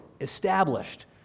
established